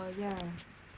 uh yea